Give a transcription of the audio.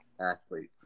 Athlete